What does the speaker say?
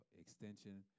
extension